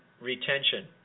retention